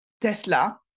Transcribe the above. Tesla